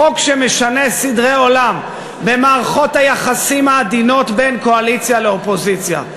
חוק שמשנה סדרי עולם במערכות היחסים העדינות בין קואליציה לאופוזיציה.